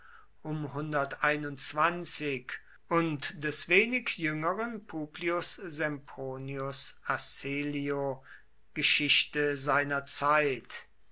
und des wenig jüngeren publius sempronius asellio geschichte seiner zeit